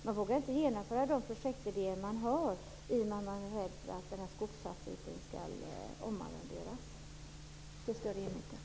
Man vågar inte genomföra de projektidéer man har, eftersom man är rädd att skogsfastigheten skall omarronderas till större enheter.